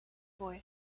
boy